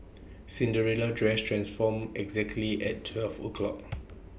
Cinderella's dress transformed exactly at twelve o' clock